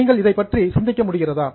நீங்கள் இதைப் பற்றி சிந்திக்க முடிகிறதா